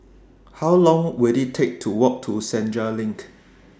How Long Will IT Take to Walk to Senja LINK